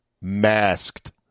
masked